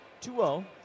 2-0